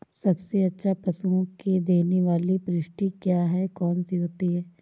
सबसे अच्छा पशुओं को देने वाली परिशिष्ट क्या है? कौन सी होती है?